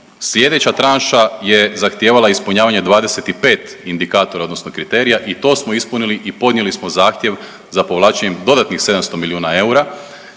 Sljedeća tranša je zahtijevala ispunjavanje 25 indikatora, odnosno kriterija. I to smo ispunili i podnijeli smo zahtjev za povlačenjem dodatnih 700 milijuna eura.